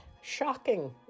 shocking